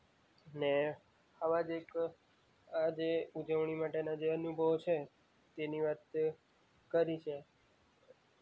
ને આવા જ એક આ જે ઉજવણી માટેના જે અનુભવો છે તેની વાત કરી છે